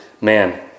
man